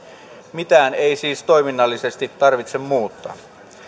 mitään ei siis toiminnallisesti tarvitse muuttaa